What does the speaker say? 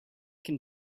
can